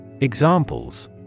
Examples